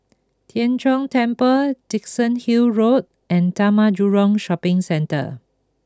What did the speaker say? Tien Chor Temple Dickenson Hill Road and Taman Jurong Shopping Centre